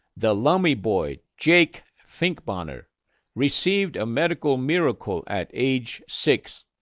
the lummi boy jake finkbonner received a medical miracle at age six.